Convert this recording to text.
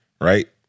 right